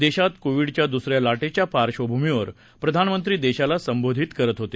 देशात कोविडच्या दुसऱ्या लाटेच्या पार्श्वभूमीवर प्रधानमंत्री देशाला संबोधित करत होते